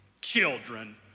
Children